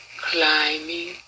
climbing